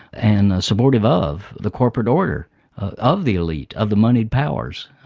and supportive of the corporate order of the elite, of the money powers.